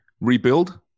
rebuild